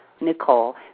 Nicole